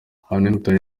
hannington